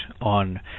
on